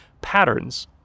patterns